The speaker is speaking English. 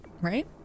right